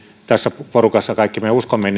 tässä porukassa kaikki me uskomme